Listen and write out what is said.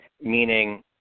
meaning